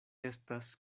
estas